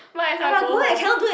might as well go home